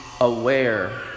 aware